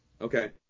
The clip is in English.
Okay